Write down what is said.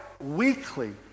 weekly